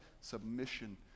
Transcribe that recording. submission